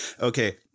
okay